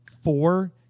four